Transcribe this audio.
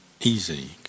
easy